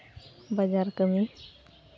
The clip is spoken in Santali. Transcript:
ᱵᱟᱡᱟᱨ ᱠᱟᱹᱢᱤ